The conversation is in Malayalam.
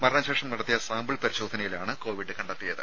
മരണശേഷം നടത്തിയ സാമ്പിൾ പരിശോധനയിലാണ് കോവിഡ് കണ്ടെത്തിയത്